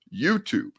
YouTube